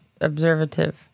observative